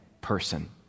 person